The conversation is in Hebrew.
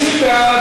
מי בעד?